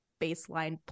baseline